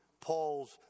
Paul's